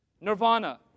Nirvana